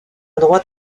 droite